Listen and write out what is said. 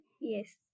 Yes